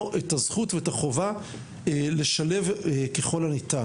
את הזכות ואת החובה לשלב ככל הניתן.